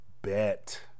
Bet